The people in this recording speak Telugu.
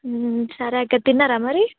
సరే అక్క తిన్నారా మరి